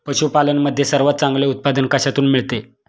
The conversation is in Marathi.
पशूपालन मध्ये सर्वात चांगले उत्पादन कशातून मिळते?